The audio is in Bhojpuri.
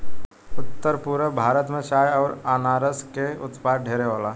उत्तर पूरब भारत में चाय अउर अनारस के उत्पाद ढेरे होला